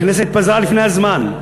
הכנסת התפזרה לפני הזמן.